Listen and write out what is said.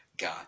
God